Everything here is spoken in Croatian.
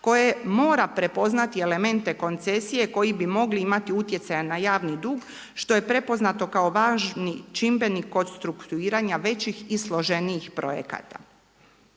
koje mora prepoznati elemente koncesije koji bi mogli imati utjecaja na javni dug, što je prepoznato kao važni čimbenik kod strukturiranja većih i složenijih projekata.